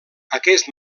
aquest